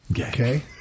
Okay